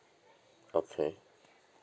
okay